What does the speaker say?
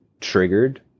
triggered